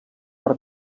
per